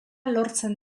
lortzen